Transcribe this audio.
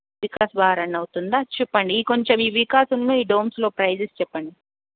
వికాస్ బాగా రన్ అవుతుందా చూపండి ఈ కొంచెం ఈ వికాస్ ఉన్నా ఈ డోమ్స్లో ప్రైజెస్ చెప్పండి